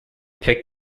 picked